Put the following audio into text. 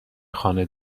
خانه